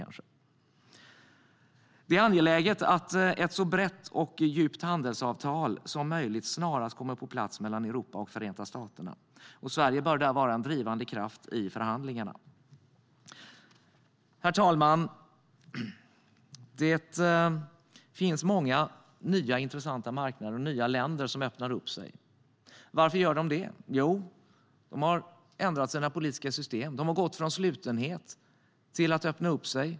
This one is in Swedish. Det är angeläget att ett så brett och djupt handelsavtal som möjligt snarast kommer på plats mellan Europa och Förenta staterna. Sverige bör där vara en drivande kraft i förhandlingarna. Herr talman! Det finns många nya intressanta marknader och nya länder som öppnar sig. Varför gör de det? Jo, de har ändrat sina politiska system. De har gått från slutenhet till att öppna sig.